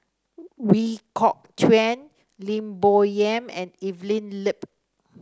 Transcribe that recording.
We Kok Chuen Lim Bo Yam and Evelyn Lip